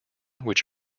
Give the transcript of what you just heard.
which